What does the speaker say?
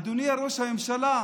אדוני ראש הממשלה,